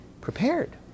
prepared